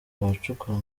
abacukura